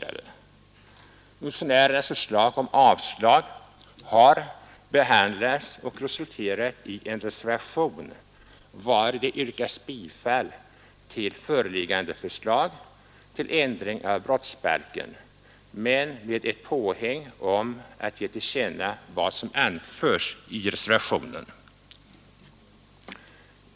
Behandlingen av motionärernas förslag om avslag har resulterat i en reservation, vari det yrkas bifall till det föreliggande förslaget till ändring av brottsbalken men med ett påhäng om att ge till känna vad som anförts i reservationen.